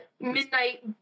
midnight